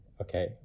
okay